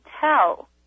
tell